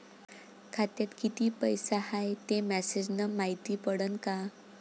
खात्यात किती पैसा हाय ते मेसेज न मायती पडन का?